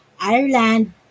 Ireland